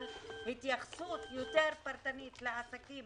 אבל צריך התייחסות יותר פרטנית לעסקים